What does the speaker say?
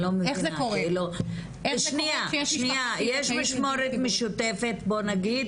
יש משמורת משותפת, בואי נגיד.